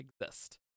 exist